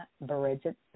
Bridget